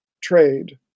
trade